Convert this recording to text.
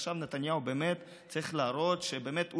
עכשיו נתניהו צריך להראות שבאמת,